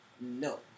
No